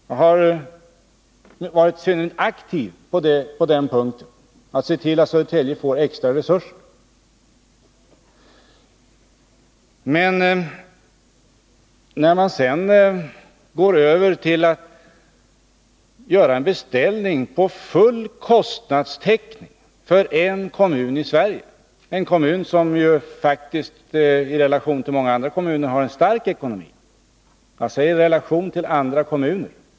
Jag har varit synnerligen aktiv när det gäller att se till att Södertälje kommun skall få extra resurser. Men det är en helt annan sak när man sedan går över till att göra en beställning av full kostnadstäckning för en kommun i Sverige, en kommun som faktiskt har en stark ekonomi — i relation till många andra kommuner.